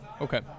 Okay